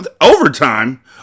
Overtime